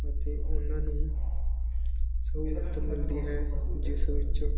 ਅਤੇ ਉਹਨਾਂ ਨੂੰ ਸਹੂਲਤ ਮਿਲਦੀ ਹੈ ਜਿਸ ਵਿੱਚ